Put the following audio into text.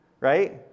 Right